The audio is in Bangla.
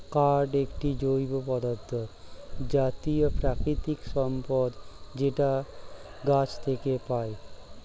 কাঠ একটি জৈব পদার্থ জাতীয় প্রাকৃতিক সম্পদ যেটা গাছ থেকে পায়